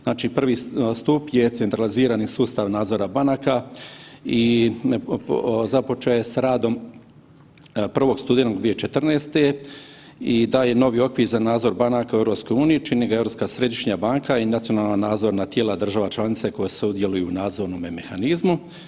Znači, prvi stup je centralizirani sustav nadzora banaka i započeo je s radom 1. studenog 2014. i daje novi okvir za nadzor banaka u EU, čini ga Europska središnja banka i Nacionalna nadzorna tijela država članica i koja sudjeluju u nadzornome mehanizmu.